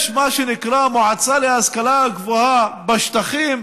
יש, מה שנקרא, מועצה להשכלה גבוהה בשטחים,